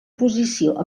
posició